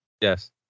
Yes